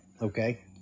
okay